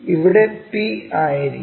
ഇവിടെ P ആയിരിക്കും